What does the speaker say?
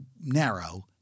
narrow